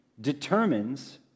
determines